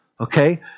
okay